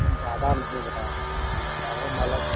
ज्यादा नहीं बता रहे हैं ठीक ठाक है मतलब